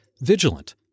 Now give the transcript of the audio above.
vigilant